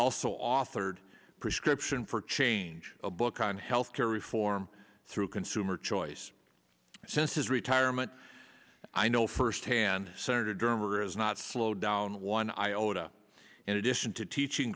also authored a prescription for change a book on health care reform through consumer choice since his retirement i know firsthand senator dearmer is not slowed down one iota in addition to teaching